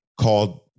called